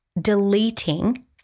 deleting